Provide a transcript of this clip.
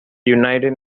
united